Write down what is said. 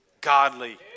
godly